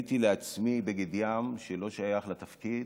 קניתי לעצמי בגד ים שלא שייך לתפקיד.